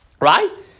right